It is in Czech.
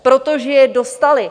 Protože je dostaly.